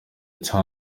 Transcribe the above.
the